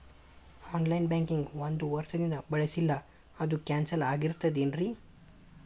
On line banking ಒಂದ್ ವರ್ಷದಿಂದ ಬಳಸಿಲ್ಲ ಅದು ಕ್ಯಾನ್ಸಲ್ ಆಗಿರ್ತದೇನ್ರಿ?